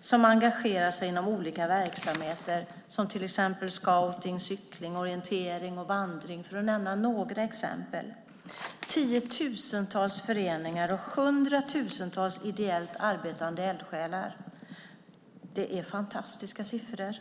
som engagerar sig i olika verksamheter, till exempel scouting, cykling, orientering och vandring. Tiotusentals föreningar och hundratusentals ideellt arbetande eldsjälar - det är fantastiska siffror!